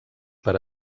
per